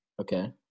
Okay